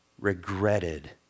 regretted